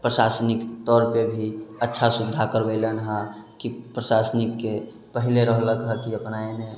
प्रशासनिक तौरपर भी अच्छा सुविधा करबेलनि हेँ कि प्रशासनिकके पहिने रहलक हइ कि अपने एने